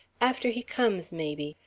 after he comes, maybe.